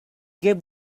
gave